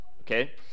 okay